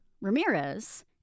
Ramirez